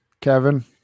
Kevin